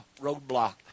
roadblock